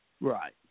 Right